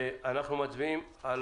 אנחנו מצביעים על